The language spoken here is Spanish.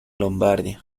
lombardía